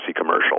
commercial